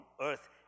earth